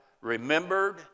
remembered